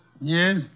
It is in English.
Yes